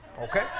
okay